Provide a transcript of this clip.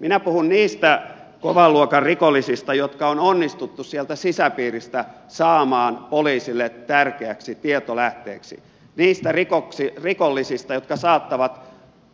minä puhun niistä kovan luokan rikollisista jotka on onnistuttu sieltä sisäpiiristä saamaan poliisille tärkeäksi tietolähteeksi niistä rikollisista jotka saattavat